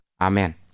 Amen